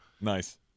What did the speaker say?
nice